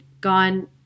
gone –